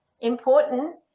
important